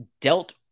dealt